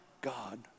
God